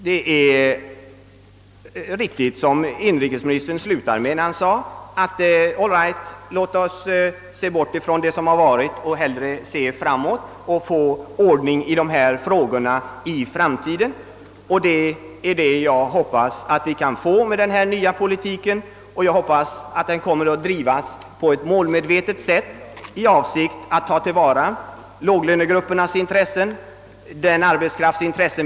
Det är riktigt som inrikesministern slutade när han sade: »AM right, låt oss se bort ifrån det som har varit och hellre se framåt och få ordning i dessa Trågor i framtiden!» Det är just vad jag önskar att vi kan få med den nya politiken, som jag hoppas kommer att drivas på ett målmedvetet sätt i avsikt att tillvarata låglönegruppernas intressen.